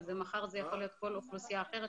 אבל מחר זה יכול להיות אוכלוסייה אחרת,